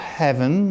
heaven